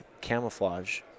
camouflage